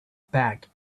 back